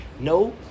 No